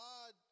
God